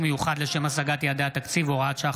מיוחד לשם השגת יעדי התקציב (הוראת שעה,